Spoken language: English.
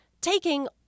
taking